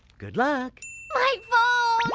good luck my phone!